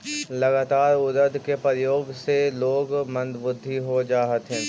लगातार उड़द के प्रयोग से लोग मंदबुद्धि हो जा हथिन